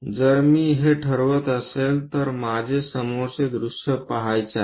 जर मी हे ठरवत असेल तर माझे समोरचे दृष्य पहायचे आहे